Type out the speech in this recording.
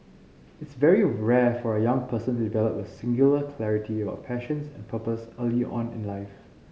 it's very rare for a young person to develop a singular clarity about passions and purpose early on in life